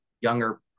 younger